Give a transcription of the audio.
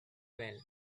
well